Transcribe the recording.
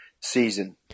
season